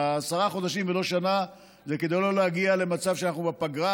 עשרה חודשים ולא שנה זה כדי שלא להגיע למצב שאנחנו בפגרה.